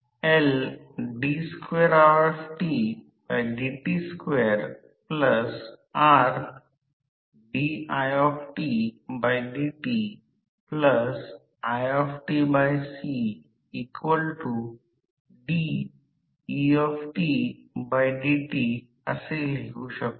चुंबकीय क्षेत्राप्रमाणेच हे जाणवते परंतु व्होल्टेज करंट दृश्यमान करू शकत नाही तरंग पाहू शकतो परंतु अनुभवू शकतो परंतु डोळ्यांना दिसू शकत नाही फक्त ते तरंग रूप पाहू शकतो